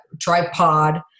tripod